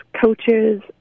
coaches